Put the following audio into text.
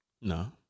No